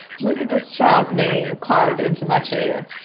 look at this child's name carved into my chair.